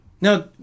Now